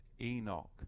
Enoch